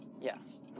Yes